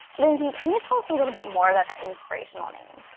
lindsay, can you tell us a little bit more about that inspirational name?